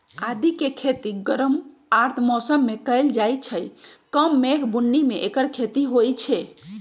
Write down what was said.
आदिके खेती गरम आर्द्र मौसम में कएल जाइ छइ कम मेघ बून्नी में ऐकर खेती होई छै